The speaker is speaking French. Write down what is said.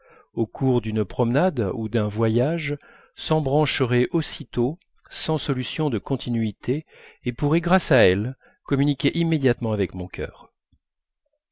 au cours d'une promenade ou d'un voyage s'embrancheraient aussitôt sans solution de continuité et pourraient grâce à elle communiquer immédiatement avec mon cœur